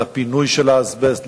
לפינוי של האזבסט,